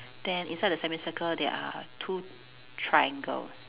then inside the semicircle there are two triangle